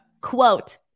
Quote